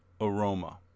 aroma